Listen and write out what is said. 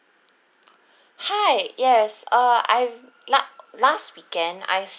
hi yes err I've la~ last weekend I